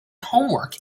homework